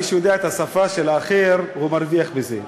מי שיודע את השפה של האחר הוא מרוויח מזה.